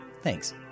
Thanks